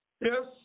Yes